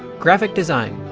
graphic design.